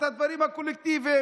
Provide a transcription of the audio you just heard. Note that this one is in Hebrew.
את הדברים הקולקטיביים.